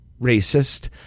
racist